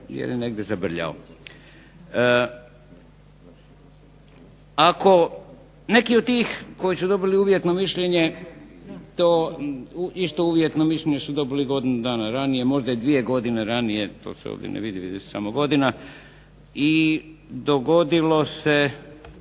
jer je negdje zabrljao. Ako neki od tih koji su dobili uvjetno mišljenje, to isto uvjetno mišljenje su dobili godinu dana ranije, možda i dvije godine ranije, to se ovdje ne vidi, vidi se samo godina, i dogodilo se